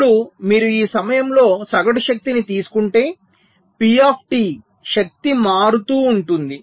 ఇప్పుడు మీరు ఈ సమయంలో సగటు శక్తిని తీసుకుంటే పి టి శక్తి మారుతూ ఉంటుంది